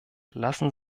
lassen